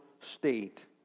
state